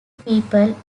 people